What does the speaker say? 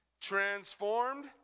transformed